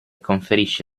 conferisce